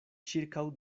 ĉirkaŭ